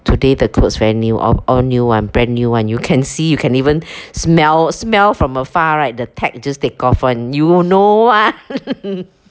today the clothes very new of all new one brand new one you can see you can even smell smell from afar right the tag just take off one you know one